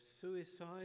suicide